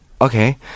Okay